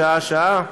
שעה-שעה,